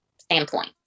standpoint